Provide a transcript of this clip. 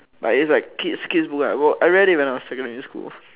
but it's like kids kids book lah I read it when I was in secondary school